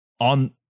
on